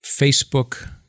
Facebook